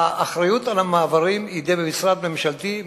האחריות על המעברים היא בידי משרד ממשלתי,